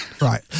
Right